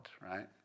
right